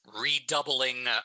redoubling